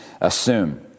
assume